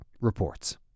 reports